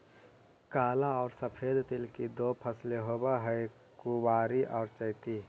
काला और सफेद तिल की दो फसलें होवअ हई कुवारी और चैती